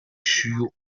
شیوع